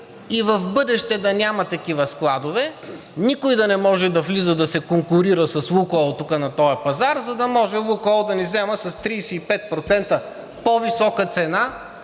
и в бъдеще да няма такива складове, никой да не може да влиза да се конкурира с „Лукойл“ тук, на този пазар, за да може „Лукойл“ да ни взема с 35% по-висока цена,